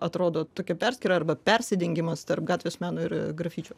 atrodo tokia perskyra arba persidengimas tarp gatvės meno ir grafičių